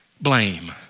Blame